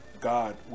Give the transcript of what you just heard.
God